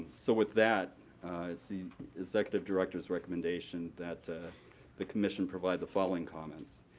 so, with that, it's the executive director's recommendation that the commission provide the following comments.